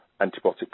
antibiotic